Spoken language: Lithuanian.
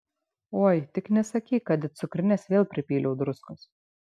oi tik nesakyk kad į cukrines vėl pripyliau druskos